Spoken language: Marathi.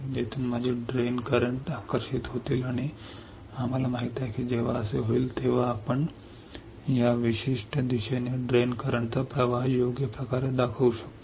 येथून माझे इलेक्ट्रॉन ड्रेन कडे आकर्षित होतील आणि आम्हाला माहित आहे की जेव्हा असे होईल तेव्हा आपण या विशिष्ट दिशेने नाल्याचा प्रवाह योग्य प्रकारे दाखवू शकतो